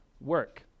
work